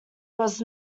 was